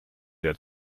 der